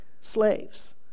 slaves